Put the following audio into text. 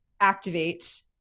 activate